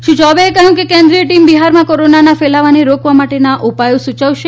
શ્રી ચૌબેએ કહ્યું કે કેન્દ્રીય ટીમ બિહારમાં કોરોનાના ફેલાવાને રોકવા માટેના ઉપાયો સૂચવશે